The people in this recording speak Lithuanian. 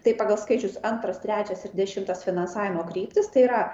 tai pagal skaičius antras trečias ir dešimtas finansavimo kryptis tai yra